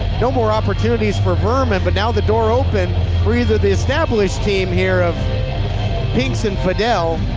no more opportunities for vermin, but now the door open for either the established team here of pinx and fidel